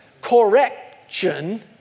Correction